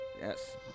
Yes